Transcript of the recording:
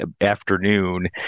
afternoon